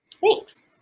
Thanks